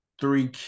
three